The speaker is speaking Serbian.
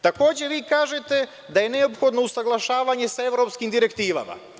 Takođe, vi kažete da je neophodno usaglašavanje sa evropskim direktivama.